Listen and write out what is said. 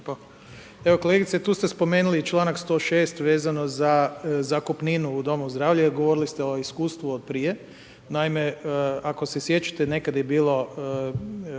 Evo kolegice. Tu ste spomenuli i članak 106. vezano za zakupninu u domu zdravlja. Govorili ste o iskustvu od prije. Naime, ako se sjećate, nekad je bilo